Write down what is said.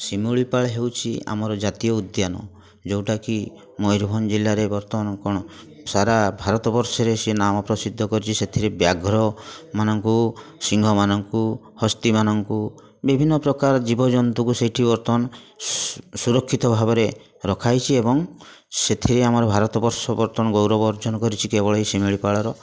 ଶିମିଳିପାଳ ହେଉଛି ଆମର ଜାତୀୟ ଉଦ୍ୟାନ ଯେଉଁଟାକି ମୟୂରଭଞ୍ଜ ଜିଲ୍ଲାରେ ବର୍ତ୍ତମାନ କ'ଣ ସାରା ଭାରତବର୍ଷରେ ସେ ନାମ ପ୍ରସିଦ୍ଧ କରିଛି ସେଥିରେ ବ୍ୟାଘ୍ର ମାନଙ୍କୁ ସିଂହମାନଙ୍କୁ ହସ୍ତିମାନଙ୍କୁ ବିଭିନ୍ନ ପ୍ରକାର ଜୀବଜନ୍ତୁକୁ ସେଇଠି ବର୍ତ୍ତମାନ ସୁରକ୍ଷିତ ଭାବରେ ରଖାଯାଇଛି ଏବଂ ସେଥିରେ ଆମର ଭାରତବର୍ଷ ବର୍ତ୍ତମାନ ଗୌରବ ଅର୍ଜନ କରିଛି କେବଳ ଏଇ ଶିମିଳିପାଳର